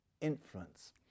influence